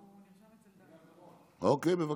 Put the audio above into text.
אוקיי, בבקשה.